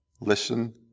listen